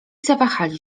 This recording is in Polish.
zawahali